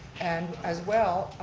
and as well,